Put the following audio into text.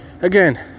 Again